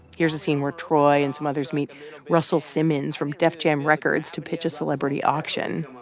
here's a scene where troy and some others meet russell simmons from def jam records to pitch a celebrity auction.